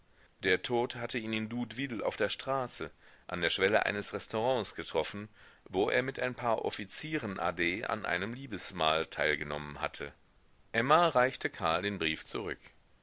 der tod hatte ihn in doudeville auf der straße an der schwelle eines restaurants getroffen wo er mit ein paar offizieren a d an einem liebesmahl teilgenommen hatte emma reichte karl den brief zurück